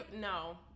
no